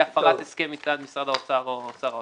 הפרת הסכם מצד משרד האוצר או שר האוצר.